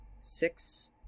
Six